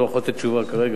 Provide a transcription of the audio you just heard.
אני לא יכול לתת תשובה כרגע,